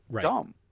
dumb